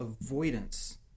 avoidance